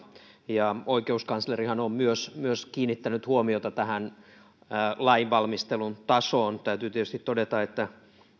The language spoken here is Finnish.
ja myös oikeuskanslerihan on kiinnittänyt huomiota lainvalmistelun tasoon täytyy tietysti todeta että nyt nämä